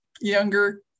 younger